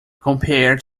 compared